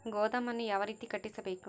ಗೋದಾಮನ್ನು ಯಾವ ರೇತಿ ಕಟ್ಟಿಸಬೇಕು?